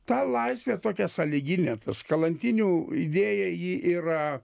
ta laisvė tokia sąlyginė tas kalantinių idėja ji yra